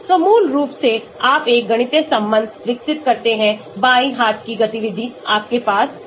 तो मूल रूप से आप एक गणितीय संबंध विकसित करते हैं बाएं हाथ की गतिविधि आपके पास है